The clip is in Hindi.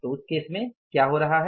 तो उस केस में क्या हो रहा है